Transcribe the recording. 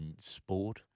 sport